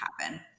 happen